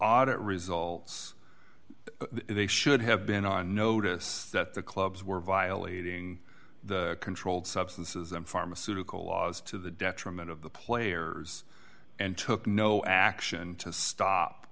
it results they should have been on notice that the clubs were violating the controlled substances and pharmaceutical laws to the detriment of the players and took no action to stop